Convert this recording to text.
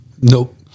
Nope